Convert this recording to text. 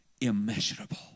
Immeasurable